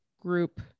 group